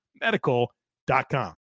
medical.com